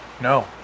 No